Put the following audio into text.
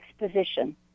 exposition